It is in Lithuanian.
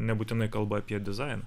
nebūtinai kalba apie dizainą